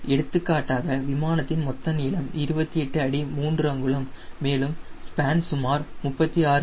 எடுத்துக்காட்டாக விமானத்தின் மொத்த நீளம் 28 அடி மூன்று அங்குலம் மேலும் ஸ்பேன் சுமார் 36 அடி